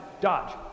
dodge